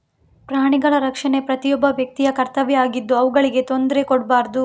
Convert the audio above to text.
ಪ್ರಾಣಿಗಳ ರಕ್ಷಣೆ ಪ್ರತಿಯೊಬ್ಬ ವ್ಯಕ್ತಿಯ ಕರ್ತವ್ಯ ಆಗಿದ್ದು ಅವುಗಳಿಗೆ ತೊಂದ್ರೆ ಕೊಡ್ಬಾರ್ದು